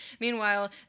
meanwhile